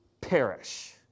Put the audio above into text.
perish